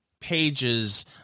pages